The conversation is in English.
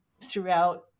throughout